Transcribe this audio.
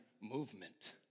movement